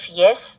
yes